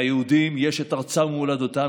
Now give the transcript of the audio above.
ליהודים יש את ארצם ומולדתם,